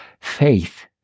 faith